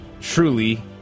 Truly